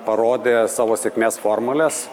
parodė savo sėkmės formules